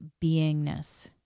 beingness